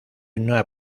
una